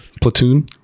Platoon